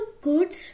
good